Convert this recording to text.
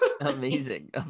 Amazing